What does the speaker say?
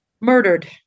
murdered